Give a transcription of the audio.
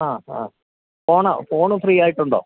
ആ ആ phone phone free ആയിട്ടുണ്ടോ